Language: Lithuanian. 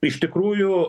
iš tikrųjų